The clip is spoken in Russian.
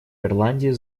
ирландии